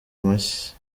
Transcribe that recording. amashyi